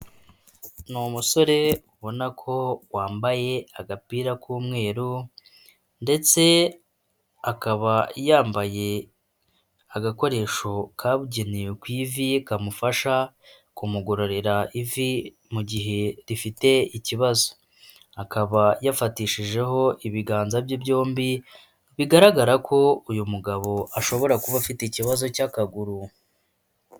Ni umusore ubona ko wambaye agapira k'umweru ndetse akaba yambaye agakoresho kabugenewe ku ivi kamufasha kumugororera ivi mu gihe rifite ikibazo, akaba yafatishijeho ibiganza bye byombi bigaragara ko uyu mugabo ashobora kuba afite ikibazo cy'akaguru.